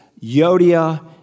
Yodia